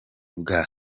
bwa